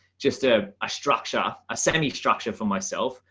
just ah a structure, a s and mi structure for myself.